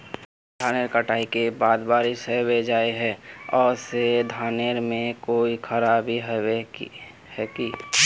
धानेर कटाई के बाद बारिश होबे जाए है ओ से धानेर में कोई खराबी होबे है की?